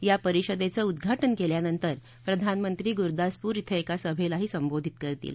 या परिषदेचं उदघाटन केल्यानंतर प्रधानमंत्री गुरुदासपूर इथं एका सभेला संबोधित करतील